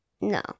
No